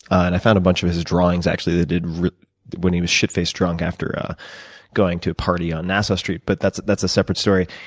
and i found a bunch of his drawings, actually, that he did when he was shitfaced drunk after ah going to a party on nassau street, but that's that's a separate story.